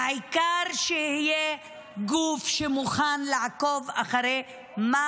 העיקר שיהיה גוף שמוכן לעקוב אחרי מה